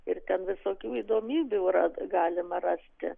ir ten visokių įdomybių yra galima rasti